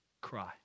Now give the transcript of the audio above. cry